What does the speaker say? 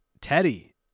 Teddy